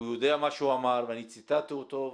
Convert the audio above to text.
הוא יודע מה שהוא אמר ואני ציטטתי אותו.